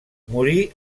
morí